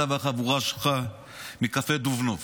אתה והחבורה שלך מקפה דובנוב.